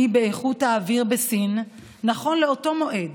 באיכות האוויר בסין נכון לאותו מועד